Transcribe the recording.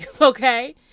Okay